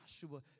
Joshua